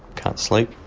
can't sleep